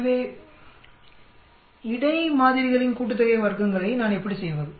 எனவே வர்க்கங்களின் இடை மாதிரிகளின் கூட்டுத்தொகை நான் எப்படி செய்வது